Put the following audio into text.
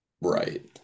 Right